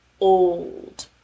old